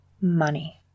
money